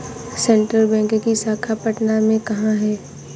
Central Bank की शाखा पटना में कहाँ है?